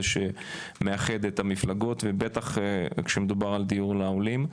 שמאחד את המפלגות ובטח כשמדובר על דיור לעולים.